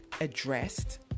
addressed